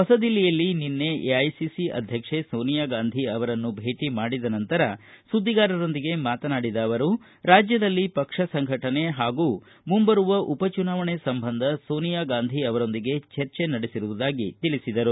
ಹೊಸದಿಲ್ಲಿಯಲ್ಲಿ ನಿನ್ನೆ ಎಐಸಿಸಿ ಅಧ್ಯಕ್ಷೆ ಸೋನಿಯಾ ಗಾಂಧಿ ಅವರನ್ನು ಭೇಟಿ ಮಾಡಿದ ನಂತರ ಸುದ್ದಿಗಾರರೊಂದಿಗೆ ಮಾತನಾಡಿದ ಅವರು ರಾಜ್ಯದಲ್ಲಿ ಪಕ್ಷ ಸಂಘಟನೆ ಹಾಗೂ ಮುಂಬರುವ ಉಪ ಚುನಾವಣೆ ಸಂಬಂಧ ಸೋನಿಯಾ ಗಾಂಧಿ ಅವರೊಂದಿಗೆ ಚರ್ಚೆ ನಡೆಸಿರುವುದಾಗಿ ತಿಳಿಸಿದರು